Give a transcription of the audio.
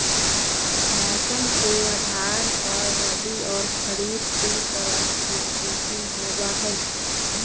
मौसम के आधार पर रबी और खरीफ दु तरह के खेती होबा हई